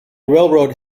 railroad